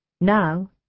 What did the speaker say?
Now